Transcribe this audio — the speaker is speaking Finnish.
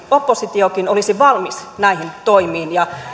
oppositiokin olisi valmis näihin toimiin ja